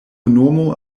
nomo